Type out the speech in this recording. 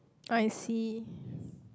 I see